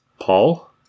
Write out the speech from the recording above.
Paul